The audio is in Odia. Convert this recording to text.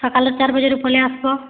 ସକାଲେ ଚାର୍ ବଜେରୁ ପଲେଇ ଆସ୍ବ